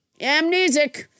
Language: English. amnesic